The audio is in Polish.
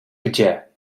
gdzie